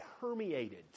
permeated